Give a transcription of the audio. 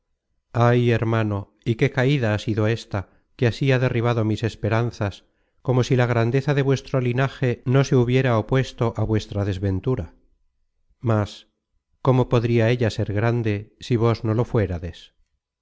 ay hermano y qué caida ha sido ésta que así ha derribado mis esperanzas como si la grandeza de vuestro linaje no se hubiera opuesto á vuestra desventura mas cómo podria ella ser grande si vos no lo fuerades en los